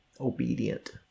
obedient